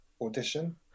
audition